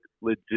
legit